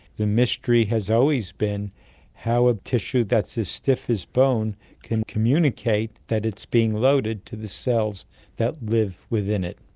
the mystery has always been how a tissue that's as stiff as bone can communicate that it's being loaded to the cells that live within it.